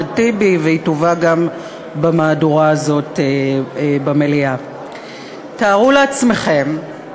הצעת חוק זו מוגשת יחד עם חברי